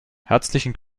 herzlichen